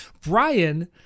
Brian